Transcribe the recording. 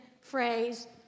phrase